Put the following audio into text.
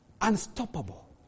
Unstoppable